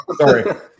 sorry